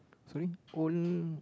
sorry own